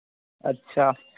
ᱟᱪᱪᱷᱟ